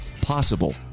possible